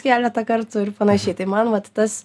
keletą kartų ir panašiai tai man vat tas